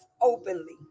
openly